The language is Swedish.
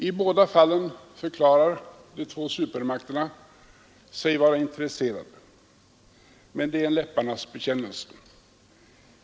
I båda fallen förklarar de två supermakterna sig vara intresserade, men det är en läpparnas bekännelse.